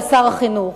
על שר החינוך,